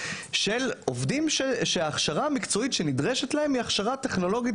של עובדים שההכשרה המקצועית שנדרשת להם היא הכשרה מקצועית,